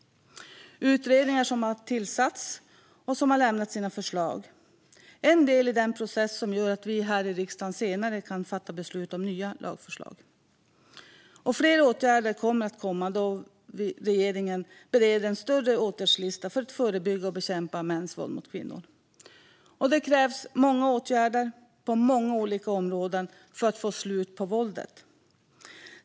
Utredningar har tillsatts och lämnat sina förslag. Det är en del i denna process som gör att vi här i riksdagen senare kan fatta beslut om nya lagförslag. Fler åtgärder kommer att vidtas då regeringen bereder en större åtgärdslista för att förebygga och bekämpa mäns våld mot kvinnor. Det krävs många åtgärder på många olika områden för att få slut på våldet.